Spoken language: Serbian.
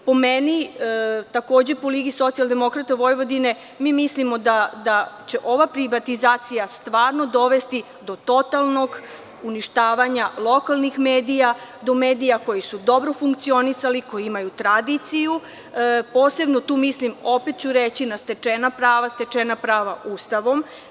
Po meni, takođe po LSV, mislimo da će ova privatizacija stvarno dovesti do totalnog uništavanja lokalnih medija, do medija koji su dobro funkcionisali, koji imaju tradiciju, posebno tu mislim i opet ću reći, na stečena prava, stečena prava Ustavom.